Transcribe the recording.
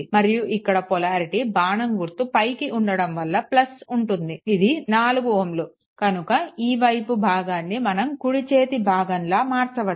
మరియు ఇక్కడ పొలారిటీ బాణం గుర్తు పైకి ఉండడం వల్ల ఉంటుంది ఇది 4 Ω కనుక ఈ వైపు భాగాన్ని మనం కుడి చేతి భాగంలా మార్చవచ్చు